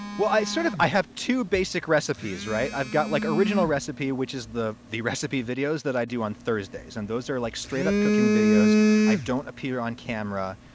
well, i sort of i have two basic recipes, right? i've got like original recipe, which is the the recipe videos that i do on thursdays, and those are like straight up cooking videos i don't appear on camera.